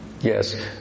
yes